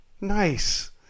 Nice